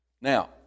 Now